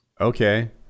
Okay